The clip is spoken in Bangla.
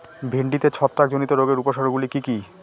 ভিন্ডিতে ছত্রাক জনিত রোগের উপসর্গ গুলি কি কী?